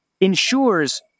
ensures